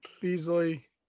Beasley